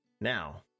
Now